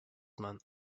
meant